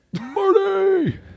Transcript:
Marty